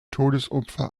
todesopfer